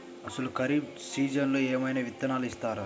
అసలు ఖరీఫ్ సీజన్లో ఏమయినా విత్తనాలు ఇస్తారా?